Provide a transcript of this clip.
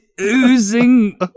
oozing